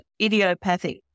idiopathic